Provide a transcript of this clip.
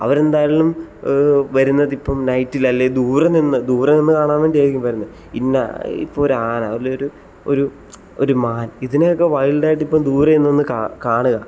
അവരെന്തായാലും വരുന്നതിപ്പം നൈറ്റിലല്ലേ ദൂരെ നിന്ന് ദൂരെ നിന്ന് കാണാൻ വേണ്ടി ആയിരിക്കും വരുന്നത് പിന്നെ ഇപ്പോൾ ഒരാന ഒരു മാൻ ഇതിനെയൊക്കെ വൈൽഡ് ആയിട്ട് ഇപ്പം ദൂരെ നിന്ന് ഒന്ന് കാണുക